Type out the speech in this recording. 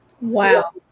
Wow